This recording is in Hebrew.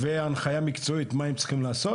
והנחיה מקצועית מה הם צריכים לעשות.